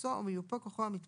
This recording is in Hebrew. אפוטרופוסו או מיופה כוחו המתמשך,